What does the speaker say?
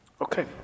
Okay